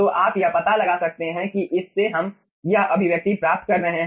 तो आप यह पता लगा सकते हैं कि इस से हम यह अभिव्यक्ति प्राप्त कर रहे हैं